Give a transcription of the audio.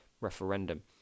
referendum